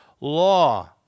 law